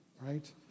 right